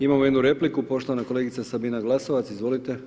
Imamo jednu repliku, poštovana kolegica Sabina Glasovac, izvolite.